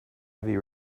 heavy